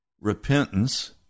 repentance